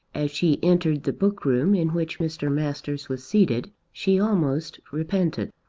as she entered the book-room in which mr. masters was seated she almost repented.